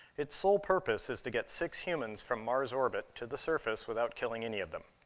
its sole purpose is to get six humans from mars' orbit to the surface without killing any of them.